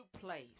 place